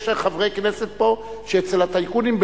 יש חברי כנסת פה שאצל הטייקונים,